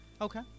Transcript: Okay